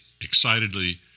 excitedly